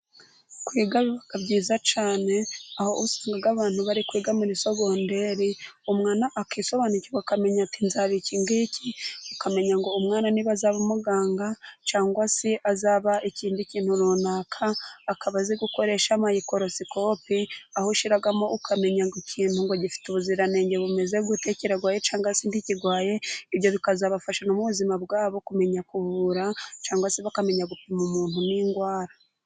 Kwiga ni byiza cyane aho usanga abantu bari kwiga muri sogonderi, akisobanukirwa akamenya ati:nzaba ikingiki ukamenya ngo umwana niba azaba umuganga cyangwa se azaba ikindi kintu runaka, akaba azi gukoresha mikorosikope aho ushiramo ukamenya ngo ikintu ngo gifite ubuziranenge bumeze gute kirarwaye cyangwa se ntikigwaye. Ibyo bikazabafasha mu buzima bwabo kumenya kuvura cyangwa se bakamenya gupima umuntu n'indwara.